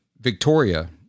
Victoria